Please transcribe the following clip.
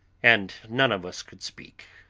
and none of us could speak.